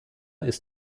ist